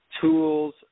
tools